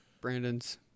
Brandon's